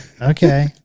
Okay